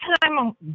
time